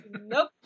nope